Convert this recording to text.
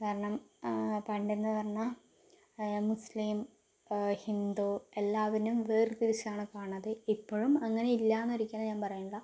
കാരണം പണ്ടെന്നു പറഞ്ഞാൽ മുസ്ലിം ഹിന്ദു എല്ലാത്തിനും വേർതിരിച്ചാണ് കാണുന്നത് ഇപ്പോഴും അങ്ങനെ ഇല്ലെന്ന് ഒരിക്കലും ഞാൻ പറയുന്നില്ല